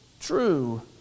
true